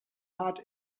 heart